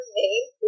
name